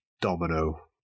domino